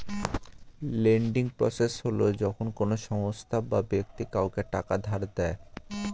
lending process হল যখন কোনো সংস্থা বা ব্যক্তি কাউকে টাকা ধার দেয়